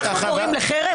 אנחנו קוראים לחרם?